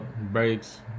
breaks